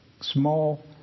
Small